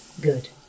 Good